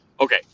Okay